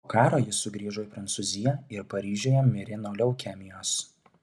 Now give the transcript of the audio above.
po karo ji sugrįžo į prancūziją ir paryžiuje mirė nuo leukemijos